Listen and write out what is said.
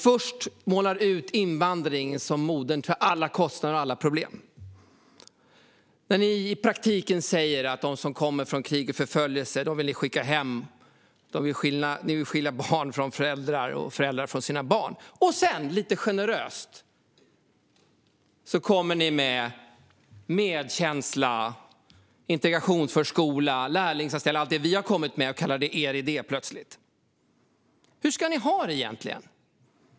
Först utmålar ni invandring som modern till alla kostnader och alla problem. Ni säger i praktiken att de som kommer från krig och förföljelse, dem vill ni skicka hem. Ni vill skilja barn från deras föräldrar och föräldrar från deras barn. Sedan - lite generöst - kommer ni med medkänsla i form av integrationsförskola och lärlingsanställning, allt det vi har kommit med, och kallar det plötsligt er idé. Hur ska ni ha det egentligen?